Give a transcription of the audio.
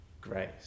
grace